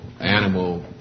animal